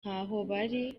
ntahobali